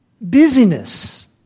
busyness